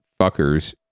fuckers